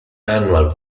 annual